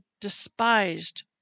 despised